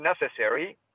necessary